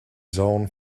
zone